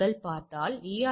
5 27 27 18 9 5